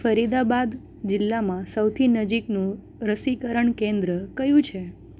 ફરીદાબાદ જિલ્લામાં સૌથી નજીકનું રસીકરણ કેન્દ્ર કયું છે